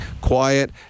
quiet